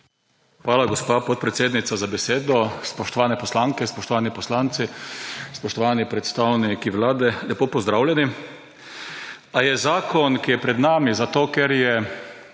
Hvala, gospa podpredsednica, za besedo. Spoštovane poslanke, spoštovani poslanci, spoštovani predstavniki vlade, lepo pozdravljeni. A je zakon, ki je pred nami, zato ker je